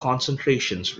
concentrations